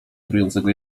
trującego